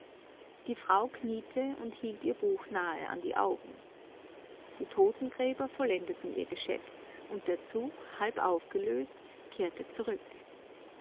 die frau kniete und hielt ihr buch nahe an die augen die totengräber vollendeten ihr geschäft und der zug halb aufgelöst kehrte zurück